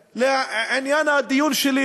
ולעניין הדיון שלי,